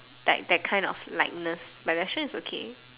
like that kind of lightness like restaurant is okay